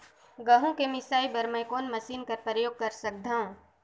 गहूं के मिसाई बर मै कोन मशीन कर प्रयोग कर सकधव?